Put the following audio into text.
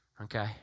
Okay